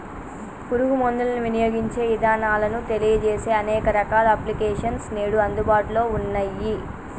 పురుగు మందులను వినియోగించే ఇదానాలను తెలియజేసే అనేక రకాల అప్లికేషన్స్ నేడు అందుబాటులో ఉన్నయ్యి